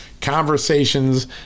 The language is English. conversations